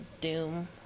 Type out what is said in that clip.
Doom